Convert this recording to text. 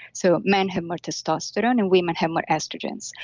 so, men have more testosterone and women have more estrogen. so